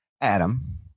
Adam